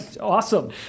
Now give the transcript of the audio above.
Awesome